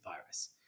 virus